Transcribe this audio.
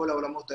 כל העולמות האלה,